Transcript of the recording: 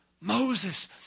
Moses